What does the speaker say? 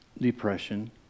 depression